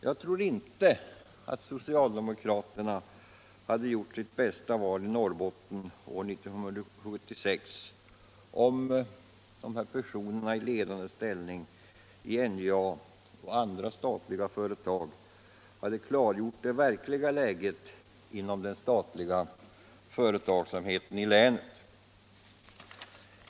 Jag tror inte att socialdemokraterna hade gjort sitt bästa vali Norrbotten år 1976, om dessa personer i ledande ställning i NJA och andra statliga företag hade klargjort det verkliga läget inom den statliga verksamheten i länet.